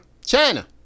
China